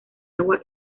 agua